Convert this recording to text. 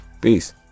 Peace